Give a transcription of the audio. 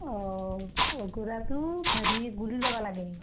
অঁ গুড়াটো হেৰি গুলি ল'বা লাগে